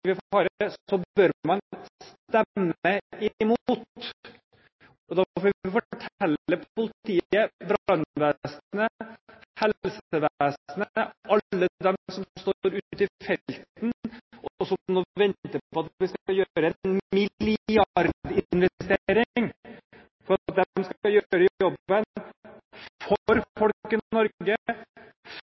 bør man stemme imot. Da får man fortelle politiet, brannvesenet, helsevesenet, alle dem som står ute i felten, og som nå venter på at vi skal gjøre en milliardinvestering for at de skal gjøre jobben for folk